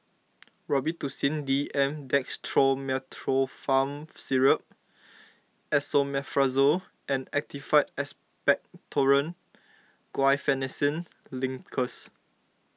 Robitussin D M Dextromethorphan Syrup Esomeprazole and Actified Expectorant Guaiphenesin Linctus